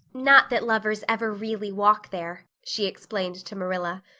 not that lovers ever really walk there, she explained to marilla,